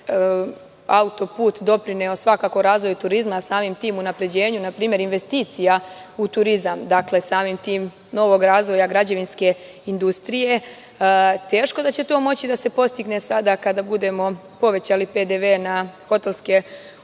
npr. auto-put doprineo svakako razvoju turizma, a samim tim unapređenju investicija u turizam, novog razvoja građevinske industrije, teško da će to moći da se postigne sada kada budemo povećali PDV na hotelske usluge